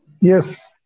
Yes